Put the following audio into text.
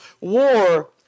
war